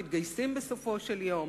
מתגייסים בסופו של יום.